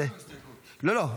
--- לא, לא.